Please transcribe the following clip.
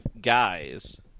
guys